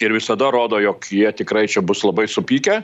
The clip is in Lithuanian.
ir visada rodo jog jie tikrai čia bus labai supykę